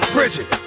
Bridget